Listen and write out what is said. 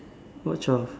what twelve